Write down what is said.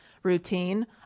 Routine